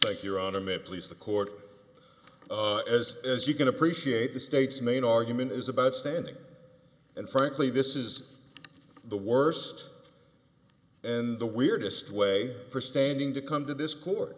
but you're out of it please the court as as you can appreciate the state's main argument is about standing and frankly this is the worst and the weirdest way for standing to come to this court